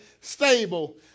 stable